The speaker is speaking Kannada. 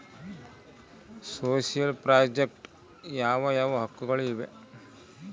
ಸೋಶಿಯಲ್ ಪ್ರಾಜೆಕ್ಟ್ ಯಾವ ಯಾವ ಹಕ್ಕುಗಳು ಇವೆ?